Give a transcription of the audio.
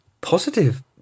positive